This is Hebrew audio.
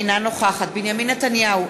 אינה נוכחת בנימין נתניהו,